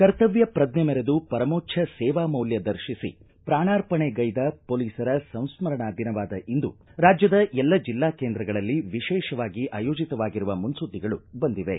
ಕರ್ತವ್ಯ ಪ್ರಜ್ಞೆ ಮೆರೆದು ಪರಮೋಚ್ದ ಸೇವಾ ಮೌಲ್ಯ ದರ್ಶಿಸಿ ಪ್ರಾಣಾರ್ಪಣೆಗೈದ ಪೊಲೀಸ್ರ ಸಂಸ್ಕರಣಾ ದಿನ ಇಂದು ರಾಜ್ಯದ ಎಲ್ಲ ಜಿಲ್ಲಾ ಕೇಂದ್ರಗಳಲ್ಲಿ ಆಯೋಜಿತವಾಗಿರುವ ಮುನುದ್ದಿಗಳು ಬಂದಿವೆ